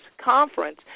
conference